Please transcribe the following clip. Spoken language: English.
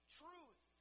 truth